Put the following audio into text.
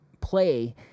play